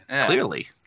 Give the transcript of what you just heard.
Clearly